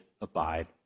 abide